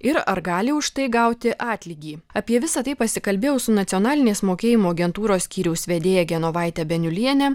ir ar gali už tai gauti atlygį apie visa tai pasikalbėjau su nacionalinės mokėjimo agentūros skyriaus vedėja genovaite beniuliene